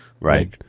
right